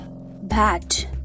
bat